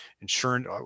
insurance